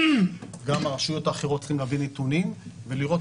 גם רשויות אחרות צריכות להביא נתונים ולראות